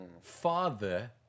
father